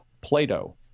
Plato